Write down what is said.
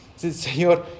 Señor